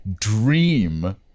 dream